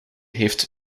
heeft